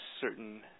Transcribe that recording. certain